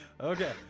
Okay